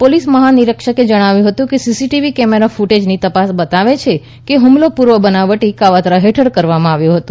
police મહાનિરીક્ષકે જણાવ્યું હતું કે સીસીટીવી કેમેરા ફ્ટેજની તપાસ બતાવે છે કે હૂમલો પૂર્વ બનાવટી કાવતરા હેઠળ કરવામાં આવ્યો હતો